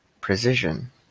precision